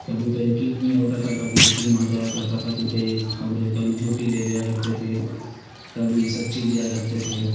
کبھی تو یقین نہیں ہوتا تھا کبھی یقین ہو جایا کرتا تھا کیونکہ خبریں کبھی جھوٹی دے دیا کرتے تھے کبھی سچی دیا کرتے تھے